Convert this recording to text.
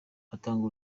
atanga